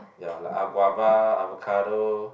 ya like av~ guava avocado